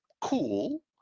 cool